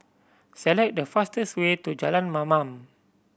select the fastest way to Jalan Mamam